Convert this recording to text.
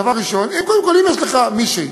אם יש לך מישהי